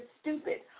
stupid